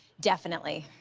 definitely.